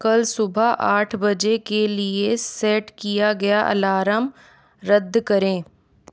कल सुबह आठ बजे के लिए सेट किया गया अलारम रद्द करें